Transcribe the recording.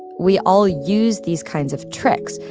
we all use these kinds of tricks.